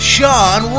Sean